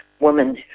woman